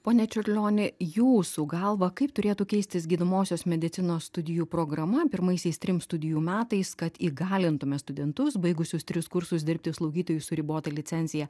pone čiurlioni jūsų galva kaip turėtų keistis gydomosios medicinos studijų programa pirmaisiais trim studijų metais kad įgalintume studentus baigusius tris kursus dirbti slaugytoju su ribota licencija